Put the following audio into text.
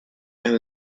and